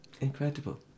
incredible